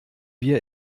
wir